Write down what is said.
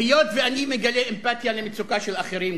היות שאני מגלה אמפתיה גם למצוקה של אחרים,